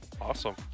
awesome